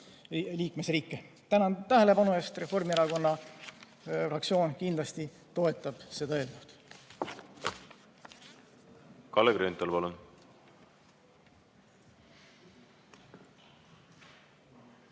liikmesriike. Tänan tähelepanu eest! Reformierakonna fraktsioon kindlasti toetab seda eelnõu. Kalle Grünthal,